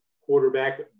quarterback